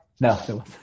No